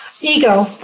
Ego